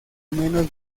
menos